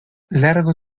largo